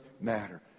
matter